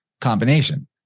combination